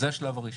זה השלב הראשון.